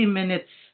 minutes